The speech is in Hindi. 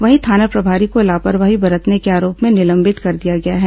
वहीं थाना प्रभारी को लॉपरवाही बरतने के आरोप में निलंबित कर दिया गया है